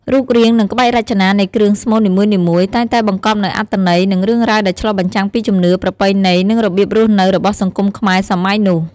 រូបរាង និងក្បាច់រចនានៃគ្រឿងស្មូននីមួយៗ តែងតែបង្កប់នូវអត្ថន័យ និងរឿងរ៉ាវដែលឆ្លុះបញ្ចាំងពីជំនឿ ប្រពៃណី និងរបៀបរស់នៅរបស់សង្គមខ្មែរសម័យនោះ។